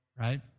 right